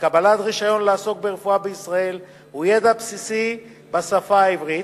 לקבלת רשיון לעסוק ברפואה בישראל הוא ידע בסיסי בשפה העברית,